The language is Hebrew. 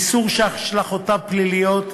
איסור, שהשלכותיו פליליות,